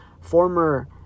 former